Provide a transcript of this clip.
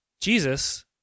Jesus